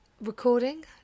recording